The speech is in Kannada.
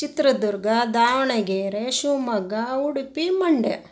ಚಿತ್ರದುರ್ಗ ದಾವಣಗೆರೆ ಶಿವಮೊಗ್ಗ ಉಡುಪಿ ಮಂಡ್ಯ